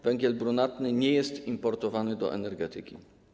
Węgiel brunatny nie jest importowany do energetyki.